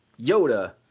Yoda